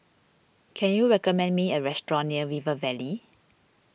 can you recommend me a restaurant near River Valley